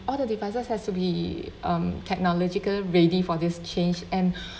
all the devices has to be um technological ready for this change and